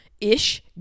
ish